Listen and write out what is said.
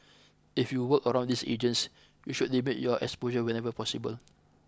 if you work around these agents you should limit your exposure whenever possible